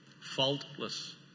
Faultless